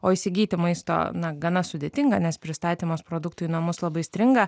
o įsigyti maisto na gana sudėtinga nes pristatymas produktų į namus labai stringa